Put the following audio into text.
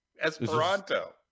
esperanto